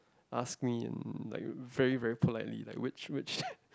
ask me and like very very politely like which which